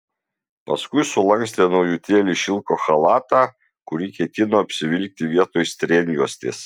paskui sulankstė naujutėlį šilko chalatą kurį ketino apsivilkti vietoj strėnjuostės